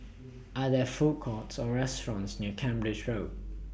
Are There Food Courts Or restaurants near Cambridge Road